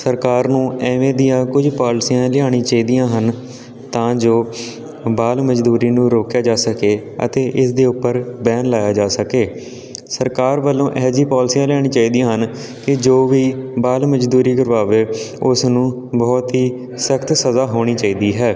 ਸਰਕਾਰ ਨੂੰ ਐਵੇਂ ਦੀਆਂ ਕੁਝ ਪਾਲਸੀਆਂ ਲਿਆਉਣੀ ਚਾਹੀਦੀਆਂ ਹਨ ਤਾਂ ਜੋ ਬਾਲ ਮਜ਼ਦੂਰੀ ਨੂੰ ਰੋਕਿਆ ਜਾ ਸਕੇ ਅਤੇ ਇਸ ਦੇ ਉੱਪਰ ਬੈਨ ਲਾਇਆ ਜਾ ਸਕੇ ਸਰਕਾਰ ਵੱਲੋਂ ਅਜਿਹੀਆਂ ਪਾਲਸੀਆਂ ਲਿਆਉਣੀ ਚਾਹੀਦਾ ਹਨ ਕਿ ਜੋ ਵੀ ਬਾਲ ਮਜ਼ਦੂਰੀ ਕਰਵਾਵੇ ਉਸ ਨੂੰ ਬਹੁਤ ਹੀ ਸਖ਼ਤ ਸਜ਼ਾ ਹੋਣੀ ਚਾਹੀਦੀ ਹੈ